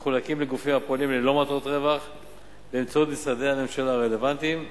מחולקים לגופים הפועלים ללא מטרת רווח באמצעות משרדי הממשלה הרלוונטיים,